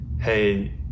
hey